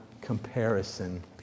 comparison